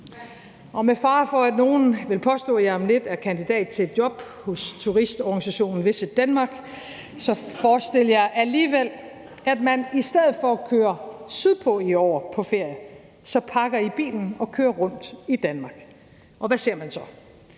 påstå, at jeg om lidt er kandidat til et job hos turistorganisationen Visit Denmark, så forestil jer alligevel, at man i år i stedet for at køre sydpå på ferie så pakker bilen og kører rundt i Danmark. Hvad ser man så?